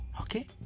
Okay